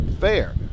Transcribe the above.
fair